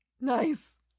Nice